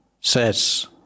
Says